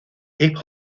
hip